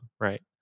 right